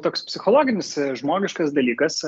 toks psichologinis žmogiškas dalykas